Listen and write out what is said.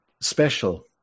special